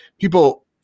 people